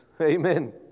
Amen